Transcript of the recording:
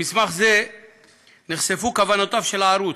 במסמך זה נחשפו כוונותיו של הערוץ: